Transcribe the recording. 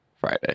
Friday